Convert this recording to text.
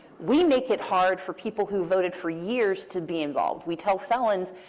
we make it hard for people who voted for years to be involved. we tell felons,